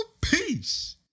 Peace